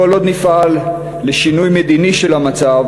כל עוד לא נפעל לשינוי מדיני של המצב